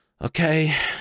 Okay